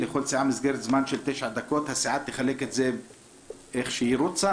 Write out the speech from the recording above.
לכל סיעה מסגרת זמן של תשע דקות הסיעה תחלק את זה איך שהיא רוצה?